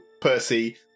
Percy